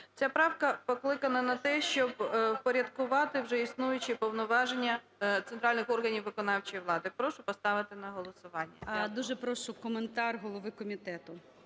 Ця правка покликана на те, щоб впорядкувати вже існуючі повноваження центральних органів виконавчої влади. Прошу поставити на голосування. Дякую. ГОЛОВУЮЧИЙ. Дуже прошу коментар голови комітету.